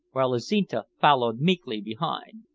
while azinte followed meekly behind.